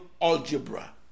algebra